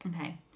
Okay